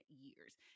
years